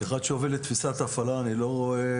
כאחד שהוביל את תפיסת ההפעלה אני לא רואה